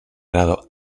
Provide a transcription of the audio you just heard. grado